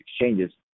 exchanges